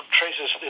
traces